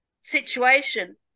situation